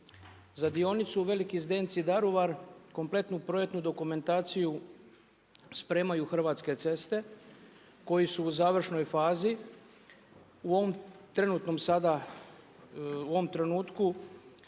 Za dionicu Veliki Zdenci – Daruvar kompletnu projektnu dokumentaciju spremaju Hrvatske ceste koji su u završnoj fazi. U ovom trenutnom